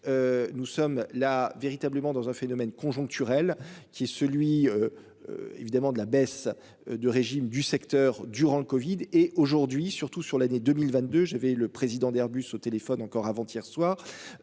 Nous sommes là véritablement dans un phénomène conjoncturel qui est celui. Évidemment de la baisse de régime du secteur durant le Covid et aujourd'hui surtout sur l'année 2022, j'avais le président d'Airbus au téléphone encore avant hier soir.